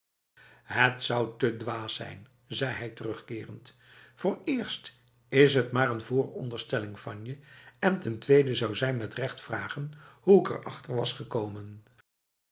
het zou te dwaas zijn zei hij terugkerend vooreerst is het maar een vooronderstelling van je en ten tweede zou zij met recht vragen hoe ik erachter was gekomenf